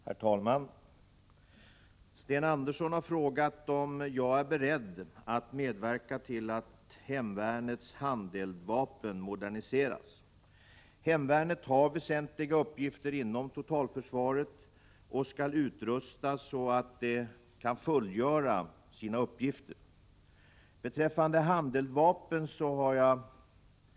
Herr talman! Sten Andersson i Malmö har frågat om jag är beredd att medverka till att hemvärnets handeldvapen moderniseras. Hemvärnet har väsentliga uppgifter inom totalförsvaret och skall utrustas så, att det kan fullgöra sina uppgifter. Beträffande handeldvapen har redan i dag gevär m 45). En ny automatkarbin tillförs armén under en tioårsperiod, vilket innebär att automatkarbin tillförs hemvärnet i ungefär samma takt.